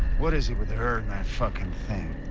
what is it with her and that fucking?